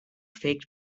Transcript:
faked